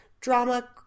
drama